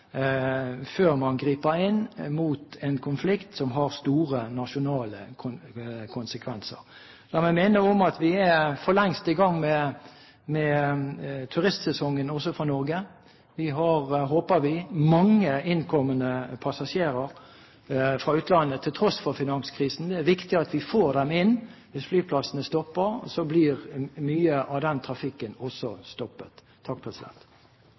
før man griper inn mot en konflikt som har store nasjonale konsekvenser. La meg minne om at vi for lengst er i gang med turistsesongen, også for Norge. Vi har, håper vi, mange innkommende passasjerer fra utlandet – til tross for finanskrisen. Det er viktig at vi får dem inn. Hvis flyplassene stopper, blir mye av den trafikken også stoppet.